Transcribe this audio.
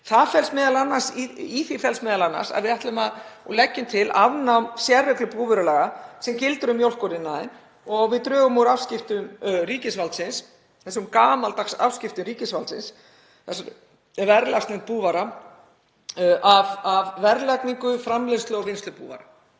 Í því felst m.a. að við leggjum til afnám sérreglu búvörulaga sem gildir um mjólkuriðnaðinn og við drögum úr afskiptum ríkisvaldsins, þessum gamaldags afskiptum ríkisvaldsins, verðlagsnefnd búvara, af verðlagningu, framleiðslu og vinnslu búvara.